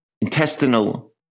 intestinal